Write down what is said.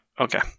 Okay